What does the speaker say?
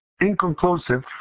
Inconclusive